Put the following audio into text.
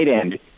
end